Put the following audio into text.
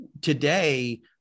today